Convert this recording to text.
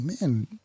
man